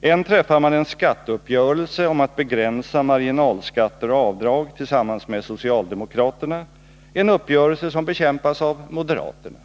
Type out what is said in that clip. Än träffar man en skatteuppgörelse om att begränsa marginalskatter och avdrag tillsammans med socialdemokraterna, en uppgörelse som bekämpas av moderaterna.